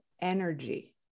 energy